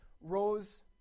rose